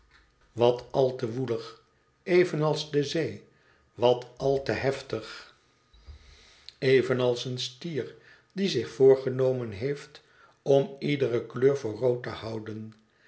wat al te woelig evenals de zee wat al te heftig evenals een stier die zich voorgenomen heeft om iedere kleur voor rood te houden